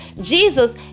Jesus